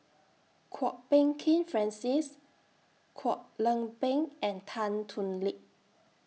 Kwok Peng Kin Francis Kwek Leng Beng and Tan Thoon Lip